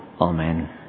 Amen